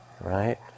right